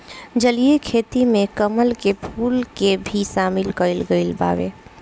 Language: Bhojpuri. जलीय खेती में कमल के फूल के भी शामिल कईल गइल बावे